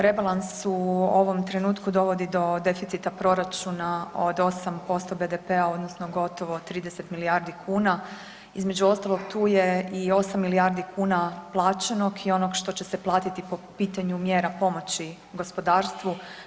Rebalans u ovom trenutku dovodi do deficita proračuna od 8% BDP-a odnosno gotovo 30 milijardi kuna, između ostalog tu je i 8 milijardi kuna plaćenog i onog što će se platiti po pitanju mjera pomoći gospodarstvu.